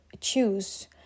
choose